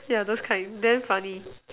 yeah those kind damn funny